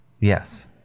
Yes